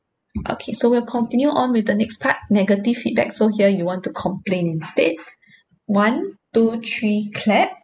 okay so we'll continue on with the next part negative feedback so here you want to complain instead one two three clap